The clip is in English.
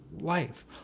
life